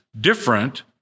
different